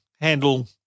handle